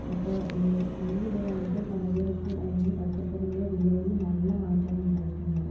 അപ്പോൾ ഈ ഈയിടെയായിട്ട് പലചരക്കുകൾ അല്ലെങ്കിൽ പച്ചക്കറികളുടെ വിലയിൽ നല്ല മറ്റമാണ് ഉണ്ടായിട്ട് വന്നത്